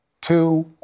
two